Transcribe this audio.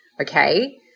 Okay